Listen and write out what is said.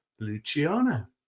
Luciana